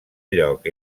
lloc